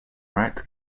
rights